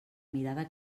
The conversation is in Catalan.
mirada